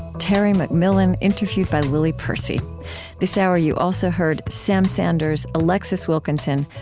terry mcmillan, interviewed by lily percy this hour you also heard sam sanders, alexis wilkinson,